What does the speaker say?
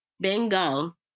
bingo